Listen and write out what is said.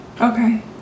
Okay